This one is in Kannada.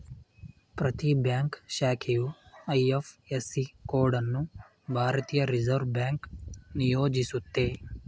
ಪ್ರತಿ ಬ್ಯಾಂಕ್ ಶಾಖೆಯು ಐ.ಎಫ್.ಎಸ್.ಸಿ ಕೋಡ್ ಅನ್ನು ಭಾರತೀಯ ರಿವರ್ಸ್ ಬ್ಯಾಂಕ್ ನಿಯೋಜಿಸುತ್ತೆ